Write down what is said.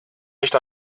nicht